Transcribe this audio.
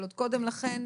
אבל עוד קודם לכן,